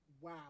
Wow